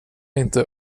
inte